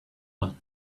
one